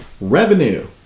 revenue